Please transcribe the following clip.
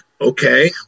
Okay